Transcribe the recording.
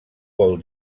vol